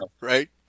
right